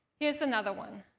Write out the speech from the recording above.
here's another one